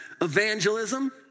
Evangelism